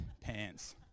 pants